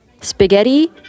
spaghetti